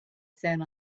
sat